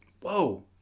Whoa